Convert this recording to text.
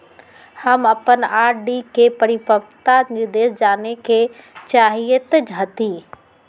हम अपन आर.डी के परिपक्वता निर्देश जाने के चाहईत हती